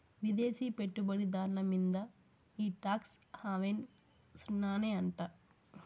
విదేశీ పెట్టుబడి దార్ల మీంద ఈ టాక్స్ హావెన్ సున్ననే అంట